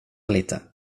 lite